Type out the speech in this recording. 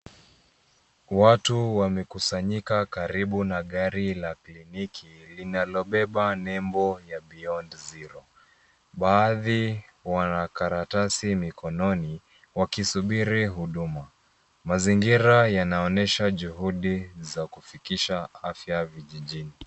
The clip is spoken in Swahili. Watu wamekusanyika karibu na gari la kliniki linalobeba nembo ya beyond zero. Baadhi wana karatsi mkonono, wakisubiri huduma. Mazingira yanaonyesha juhudi za kufikisha afya vijijini.